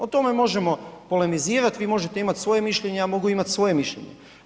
O tome možemo polemizirati, vi možete imati svoje mišljenje, ja mogu imati svoje mišljenje.